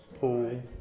pool